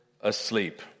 asleep